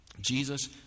Jesus